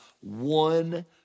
one